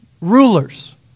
Rulers